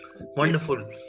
Wonderful